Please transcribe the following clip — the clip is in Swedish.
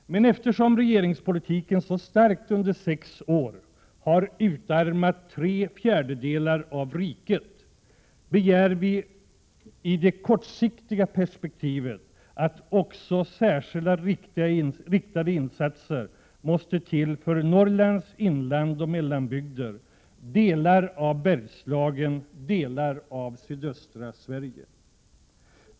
Men eftersom regeringspolitiken under sex år så starkt har utarmat tre fjärdedelar av riket begär vi i det kortsiktiga perspektivet också att särskilda riktade insatser måste tillföras Norrlands inland och mellanbygder, delar av Bergslagen samt delar av sydöstra Sverige.